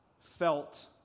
felt